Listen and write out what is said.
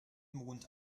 mond